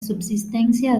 subsistencia